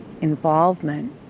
involvement